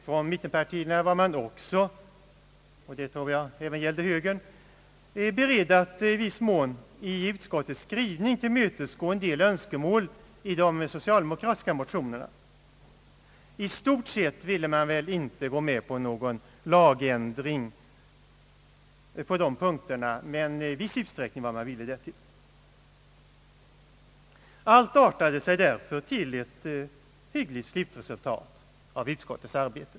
Från mittenpartiernas sida var man också — och det tror jag även gällde högern — beredd att i viss mån i utskottets skrivning tillmötesgå en del önskemål i de socialdemokratiska motionerna. I stort sett ville man väl inte gå med på någon lagändring på de punkterna, men i viss utsträckning var man villig därtill. Allt artade sig sålunda till ett hyggligt slutresultat av utskottets arbete.